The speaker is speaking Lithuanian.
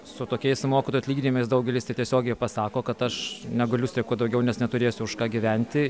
su tokiais mokytojų atlyginimais daugelis tai tiesiogiai pasako kad aš negaliu streikuot daugiau nes neturėsiu už ką gyventi